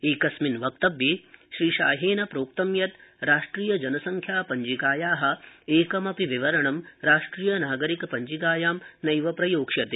एकस्मिन् वक्तव्ये श्रीशाहेन प्रोक्तम् यत् राष्ट्रीय जनसंख्या पञ्जिकाया एकमपि विवरणं राष्ट्रीय नागरिकपञ्जिकायां नैव प्रयोक्ष्यते